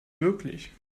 wirklich